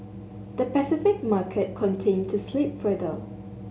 the Pacific market continued to slip further